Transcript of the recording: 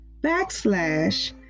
backslash